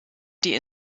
die